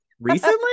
recently